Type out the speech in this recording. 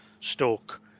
Stoke